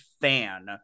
fan